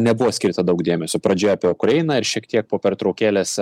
nebuvo skirta daug dėmesio pradžioje apie ukrainą ir šiek tiek po pertraukėlės